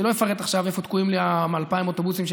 אני לא אפרט עכשיו איפה תקועים 2,000 אוטובוסים של